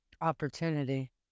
opportunity